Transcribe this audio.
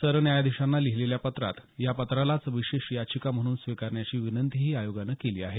सरन्यायाधीशांना लिहिलेल्या पत्रात या पत्रालाच विशेष याचिका म्हणून स्वीकारण्याची विनंतीही आयोगाने केली आहे